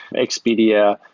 expedia,